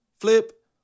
flip